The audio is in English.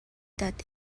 that